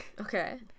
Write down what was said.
okay